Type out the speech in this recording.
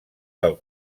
del